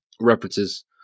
references